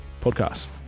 Podcast